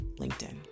linkedin